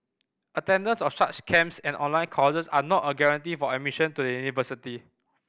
attendance of such camps and online courses are not a guarantee for admission to the university